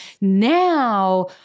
Now